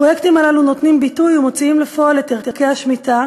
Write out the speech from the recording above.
הפרויקטים הללו נותנים ביטוי ומוציאים לפועל את ערכי השמיטה,